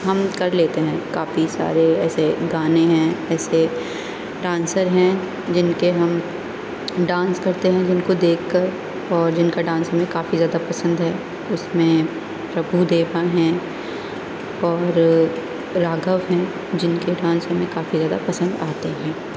ہم کر لیتے ہیں کافی سارے ایسے گانے ہیں ایسے ڈانسر ہیں جن کے ہم ڈانس کرتے ہیں جن کو دیکھ کر اور جن کا ڈانس ہمیں کافی زیادہ پسند ہے اس میں پربھو دیوا ہیں اور راگھو ہیں جن کے ڈانس ہمیں کافی زیادہ پسند آتے ہیں